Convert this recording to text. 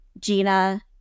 Gina